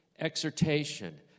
exhortation